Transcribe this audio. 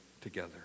together